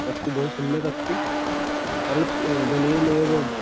तत्तु बहु सम्यक् अस्ति अल्प धनेनैव